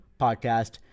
Podcast